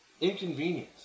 inconvenience